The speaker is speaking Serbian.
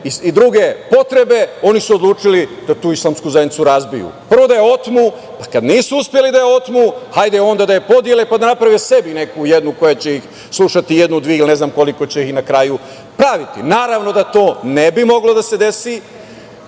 i druge potrebe oni su odlučili da tu islamsku zajednicu razbiju, prvo da je otmu, pa kad nisu uspeli da je otmu, hajde onda da je podele, pa da naprave sebi jednu koja će ih slušati, jednu, dve ili ne znam koliko će ih na kraju praviti. Naravno da to ne bi moglo da se desi